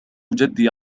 جدي